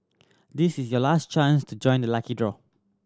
this is your last chance to join the lucky draw